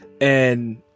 and-